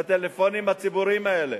בטלפונים הציבוריים האלה.